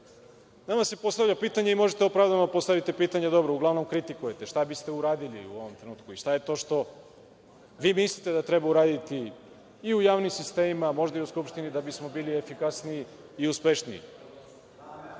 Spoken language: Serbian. se postavlja pitanje i možete opravdano da postavite pitanje, dobro, uglavnom kritikujete, šta biste uradili u ovom trenutku i šta je to što vi mislite da treba uraditi i u javnim sistemima, a možda i u Skupštini, da bismo bili efikasniji i uspešniji?